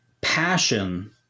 passion